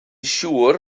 siŵr